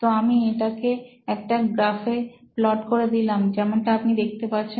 তো আমি এটা কে একটা গ্রাফে প্লট করে দিলাম যেমনটা আপনি দেখতে পাচ্ছেন